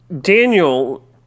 Daniel